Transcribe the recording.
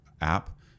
app